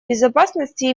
безопасности